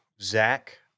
Zach